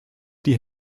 die